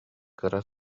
кыра